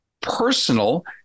personal